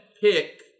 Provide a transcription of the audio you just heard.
pick